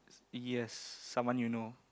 yes someone you know